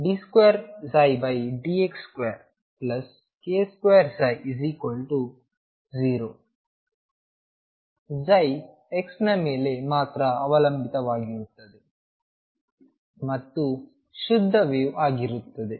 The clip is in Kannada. d2dx2k2ψ0 x ನ ಮೇಲೆ ಮಾತ್ರ ಅವಲಂಬಿತವಾಗಿರುತ್ತದೆ ಮತ್ತು ಶುದ್ಧ ವೇವ್ ಆಗಿರುತ್ತದೆ